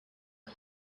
who